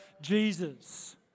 Jesus